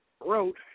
wrote